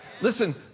Listen